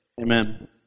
Amen